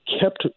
kept